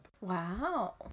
Wow